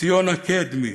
ציונה קדמי,